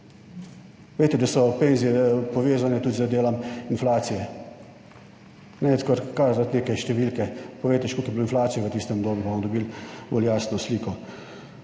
Veste, da so penzije povezane tudi z delom inflacije. Ne kar, skoraj kazati neke številke, povejte še koliko je bilo inflacija v tistem domu(?), bomo dobili bolj jasno sliko.